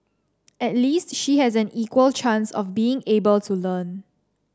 at least she has an equal chance of being able to learn